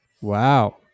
Wow